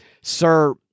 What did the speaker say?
Sir